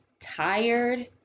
tired